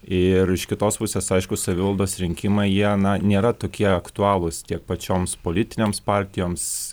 ir iš kitos pusės aišku savivaldos rinkimai jie na nėra tokie aktualūs tiek pačioms politinėms partijoms